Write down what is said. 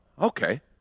okay